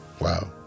Wow